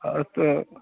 अस्तु